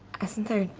isn't there, you